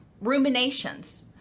ruminations